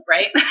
Right